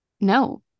No